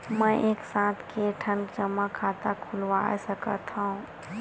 मैं एक साथ के ठन जमा खाता खुलवाय सकथव?